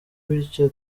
bityo